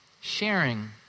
sharing